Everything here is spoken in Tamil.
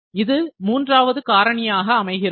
இது மூன்றாவது காரணியாக அமைகிறது